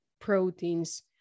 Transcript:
proteins